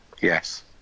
Yes